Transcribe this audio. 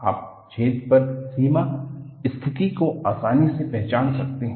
आप छेद पर सीमा स्थिति को आसानी से पहचान सकते हैं